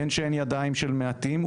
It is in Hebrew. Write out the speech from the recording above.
בין שהן ידיים של מעטים,